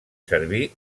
servir